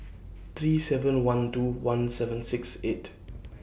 three seven one two one seven six eight